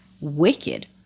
wicked